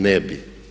Ne bi.